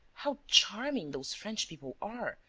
how charming those french people are!